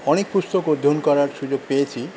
অনেক পুস্তক অধ্যয়ন করার সুযোগ পেয়েছি